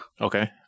Okay